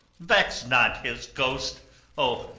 vex not his ghost o,